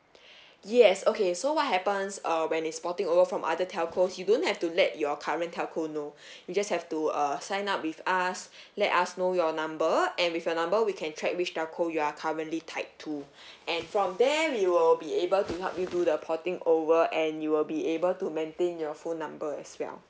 yes okay so what happens uh when it's porting over from other telcos you don't have to let your current telco know you just have to uh sign up with us let us know your number and with your number we can track which telco you are currently tied to and from there we will be able to help you do the porting over and you will be able to maintain your phone number as well